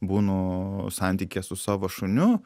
būnu santykyje su savo šuniu